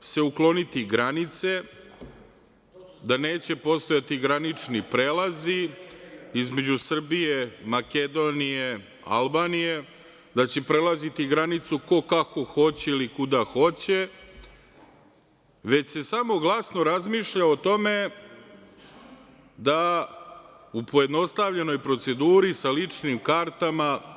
se ukloniti granice, da neće postojati granični prelazi između Srbije, Makedonije, Albanije, da će prelaziti granicu ko kako hoće ili kuda hoće, već se samo glasno razmišlja o tome da u pojednostavljenoj proceduri sa ličnim kartama.